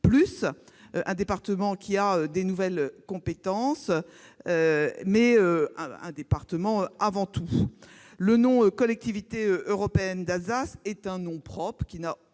un département doté de nouvelles compétences, mais c'est un département avant tout ! Le terme « Collectivité européenne d'Alsace » est un nom propre et, à